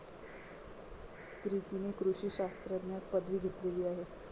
प्रीतीने कृषी शास्त्रात पदवी घेतली आहे